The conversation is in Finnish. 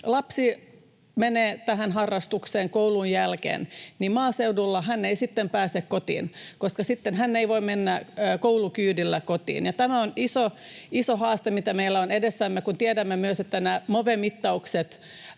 lapsi menee harrastukseen koulun jälkeen, niin maaseudulla hän ei sitten pääse kotiin, koska hän ei sitten voi mennä koulukyydillä kotiin. Ja tämä on iso haaste, mikä meillä on edessämme, kun tiedämme myös, että nämä Move-mittaukset,